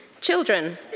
Children